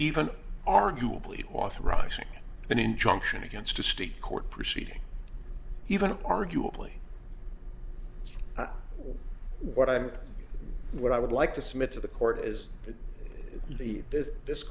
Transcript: even arguably authorizing an injunction against a state court proceeding even arguably what i'm what i would like to submit to the court is the is this